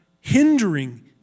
hindering